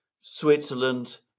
Switzerland